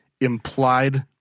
implied